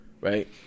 right